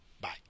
Bye